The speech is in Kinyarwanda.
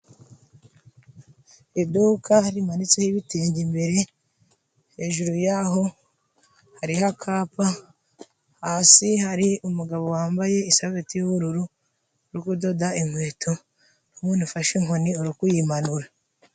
Iduka rimanitseho ibitinge imbere, hejuru yaho hariho akapa, hasi hari umugabo wambaye isarubeti y'ubururu uri kudoda inkweto, umuntu ufashe inkoni uri kuyimanura.